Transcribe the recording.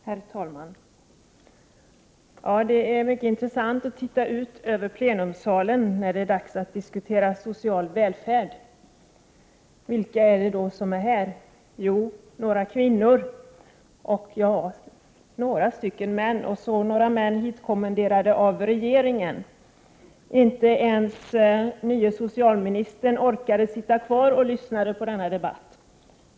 Herr talman! Det är mycket intressant att titta ut över plenisalen när det är dags att diskutera social välfärd. Vilka är det då som är här? Jo, kvinnor, några män — och några män hitkommenderade av regeringen. Inte ens nye socialministern orkade sitta kvar och lyssna på debatten.